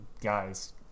guys